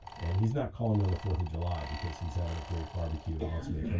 and he's not calling me on the fourth july because he's having a great barbecue and wants me but and